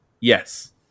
Yes